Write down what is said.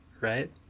right